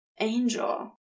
Angel